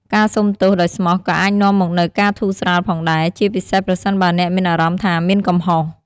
ការសូមទោសដោយស្មោះក៏អាចនាំមកនូវការធូរស្រាលផងដែរ ជាពិសេសប្រសិនបើអ្នកមានអារម្មណ៍ថាមានកំហុស។